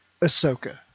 ahsoka